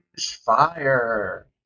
fire